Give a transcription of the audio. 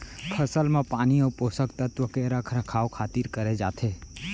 फसल म पानी अउ पोसक तत्व के रख रखाव खातिर करे जाथे